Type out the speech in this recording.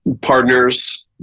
partners